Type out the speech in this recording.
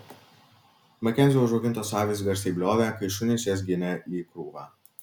makenzio užaugintos avys garsiai bliovė kai šunys jas ginė į krūvą